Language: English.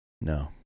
No